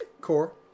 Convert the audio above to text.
core